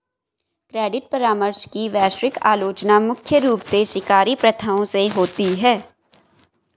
credit परामर्श की वैश्विक आलोचना मुख्य रूप से शिकारी प्रथाओं से होती है